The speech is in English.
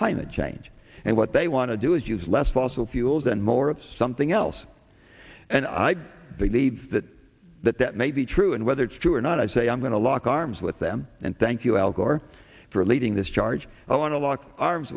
climate change and what they want to do is use less fossil fuels and more of something else and i believe that that that may be true and whether it's true or not i say i'm going to lock arms with them and thank you al gore for leading this charge i want to lock arms